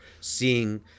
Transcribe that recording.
seeing